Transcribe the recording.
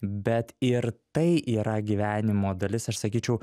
bet ir tai yra gyvenimo dalis aš sakyčiau